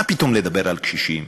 מה פתאום לדבר על קשישים,